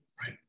right